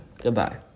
Goodbye